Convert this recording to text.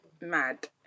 mad